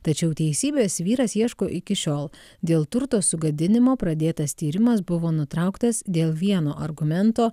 tačiau teisybės vyras ieško iki šiol dėl turto sugadinimo pradėtas tyrimas buvo nutrauktas dėl vieno argumento